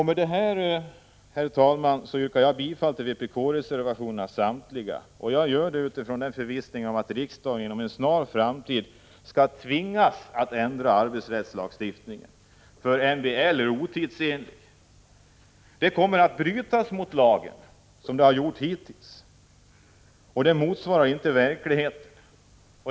Med detta, herr talman, yrkar jag bifall till samtliga vpk-reservationer, och jag gör det utifrån förvissningen att riksdagen inom en snar framtid skall tvingas att ändra arbetsrättslagstiftningen. MBL är otidsenlig. Det kommer att brytas mot lagen så som har skett hittills. Lagen svarar inte mot verkligheten.